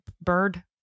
bird